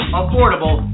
affordable